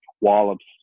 Wallops